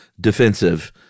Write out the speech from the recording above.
defensive